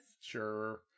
Sure